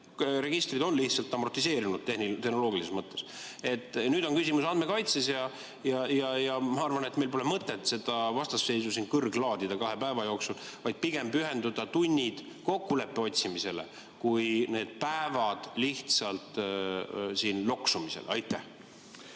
registrid on lihtsalt amortiseerunud tehnoloogilises mõttes. Nüüd on küsimus andmekaitses. Ma arvan, et meil pole mõtet seda vastasseisu siin kõrglaadida kahe päeva jooksul, vaid pigem tuleks pühendada tunnid kokkuleppe otsimisele kui päevad lihtsalt siin loksumisele. Aitäh,